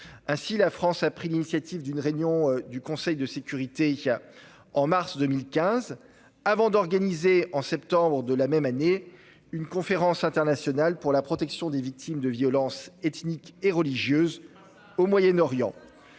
Ainsi, la France a pris l'initiative d'une réunion du Conseil de sécurité de l'Organisation des Nations unies, en mars 2015, avant d'organiser, en septembre de la même année, une conférence internationale pour la protection des victimes de violences ethniques et religieuses au Moyen-Orient.